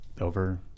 over